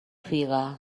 figa